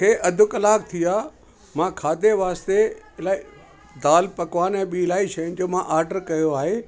खे अधु कलाक थी वियो आहे मां खादे वास्ते इलाही दालि पकवान ऐं ॿी इलाही शयुनि जो मां ऑडर कयो आहे